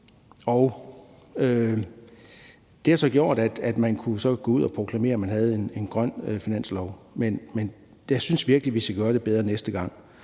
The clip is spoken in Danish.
Det har så gjort, at man kunne gå ud og proklamere, at man havde en grøn finanslov. Men jeg synes virkelig, at vi skal gøre det bedre næste gang.